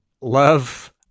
love